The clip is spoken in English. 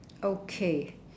okay